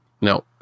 No